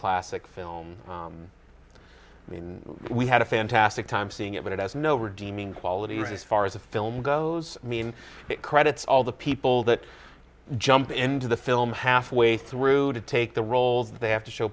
classic film i mean we had a fantastic time seeing it but it has no redeeming qualities as far as a film goes i mean it credits all the people that jump into the film halfway through to take the roles they have to show